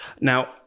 Now